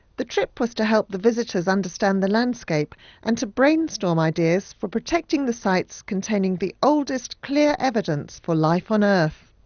the trip was to help the visitors understand the landscape and to brainstorm ideas for protecting the sites containing the oldest clear evidence for life on earth.